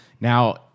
Now